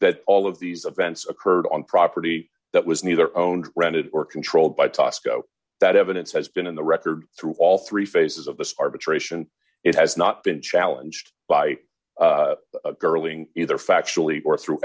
that all of these events occurred on property that was neither owned rented or controlled by tasco that evidence has been in the record through all three phases of this arbitration it has not been challenged by girling either factually or through